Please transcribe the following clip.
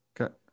okay